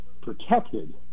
protected